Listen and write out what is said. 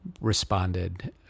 responded